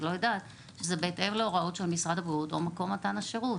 שזה בהתאם להוראות משרד הבריאות או מקום מתן השירות.